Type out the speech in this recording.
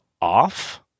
off